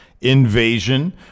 invasion